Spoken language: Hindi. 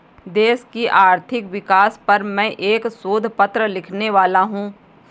देश की आर्थिक विकास पर मैं एक शोध पत्र लिखने वाला हूँ